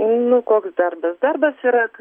nu koks darbas darbas yra